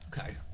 Okay